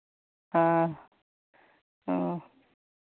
हाँ हाँ